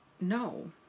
No